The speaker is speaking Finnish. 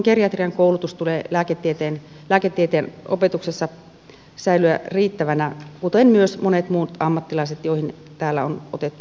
samoin geriatrien koulutuksen tulee lääketieteen opetuksessa säilyä riittävänä kuten myös monien muiden ammattilaisten mihin täällä on otettu kantaa